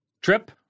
trip